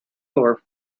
for